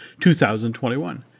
2021